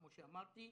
כפי שאמרתי.